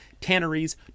tanneries